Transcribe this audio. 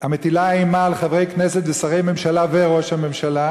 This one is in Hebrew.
המטילה אימה על חברי כנסת ושרי ממשלה וראש הממשלה,